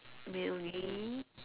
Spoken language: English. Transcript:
really